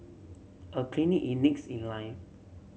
a clinic in needs in line